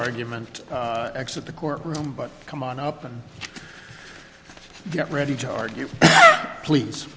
argument exit the court room but come on up and get ready to argue please